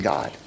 God